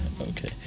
okay